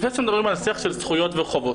לפני שאתם מדברים על שיח של זכויות וחובות,